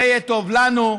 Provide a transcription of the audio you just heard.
זה יהיה טוב לנו,